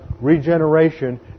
regeneration